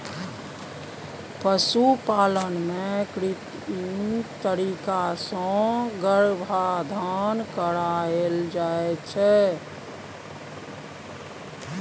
पशुपालन मे कृत्रिम तरीका सँ गर्भाधान कराएल जाइ छै